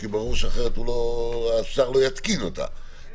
כי ברור שאחרת השר לא יתקין אותה,